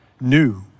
new